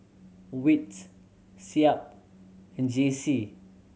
wits SEAB and J C